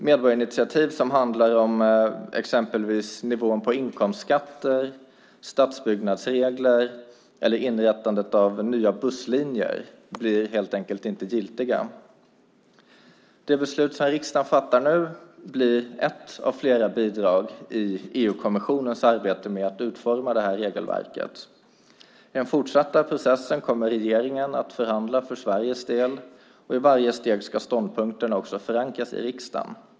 Medborgarinitiativ som handlar om exempelvis nivån på inkomstskatter, stadsbyggnadsregler eller inrättandet av nya busslinjer blir helt enkelt inte giltiga. Det beslut som riksdagen fattar nu blir ett av flera bidrag i EU-kommissionens arbete med att utforma det här regelverket. I den fortsatta processen kommer regeringen att förhandla för Sveriges del, och i varje steg ska ståndpunkterna också förankras i riksdagen.